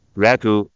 ragu